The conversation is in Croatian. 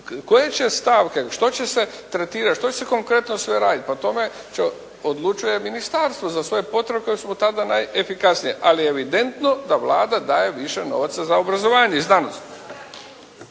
koje će stavke, što će se tretirati, što će se sve konkretno raditi, pa o tome odlučuje ministarstvo za svoje potrebe koje su mu tada najefikasnije, ali je evidentno da Vlada daje više novaca za obrazovanje